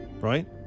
right